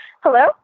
Hello